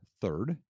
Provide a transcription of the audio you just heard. third